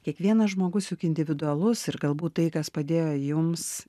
kiekvienas žmogus juk individualus ir galbūt tai kas padėjo jums